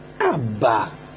Abba